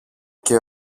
και